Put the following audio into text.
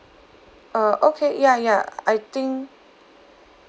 uh okay ya ya I think